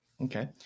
Okay